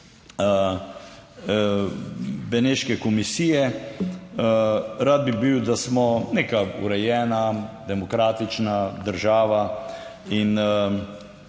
Beneške komisije. Rad bi bil, da smo neka urejena demokratična država. In